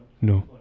No